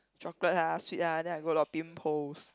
chocolate ah sweet ah then I got the pimples